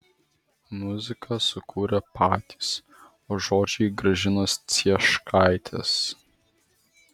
muziką sukūrė patys o žodžiai gražinos cieškaitės